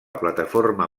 plataforma